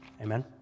Amen